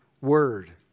word